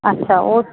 ਅੱਛਾ ਓ